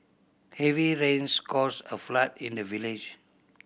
heavy rains caused a flood in the village